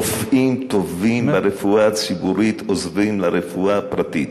רופאים טובים מהרפואה הציבורית עוזבים לרפואה הפרטית,